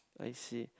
I see